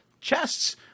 chests